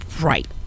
Right